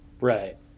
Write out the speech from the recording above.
Right